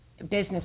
business